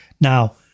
Now